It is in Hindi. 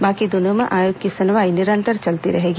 बाकी दिनों में आयोग की सुनवाई निरंतर चलती रहेगी